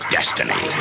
Destiny